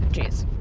geez